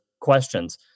questions